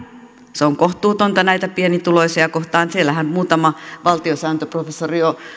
se on kohtuutonta näitä pienituloisia kohtaan siellähän muutama valtiosääntöprofessori jo